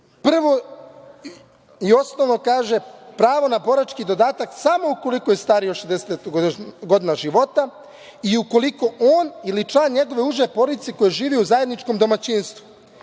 prvo i osnovno, pravo na borački dodatak samo ukoliko je stariji od 60 godina života i ukoliko on ili član njegove uže porodice, koji žive u zajedničkom domaćinstvu,